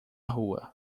rua